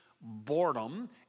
Boredom